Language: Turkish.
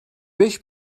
beş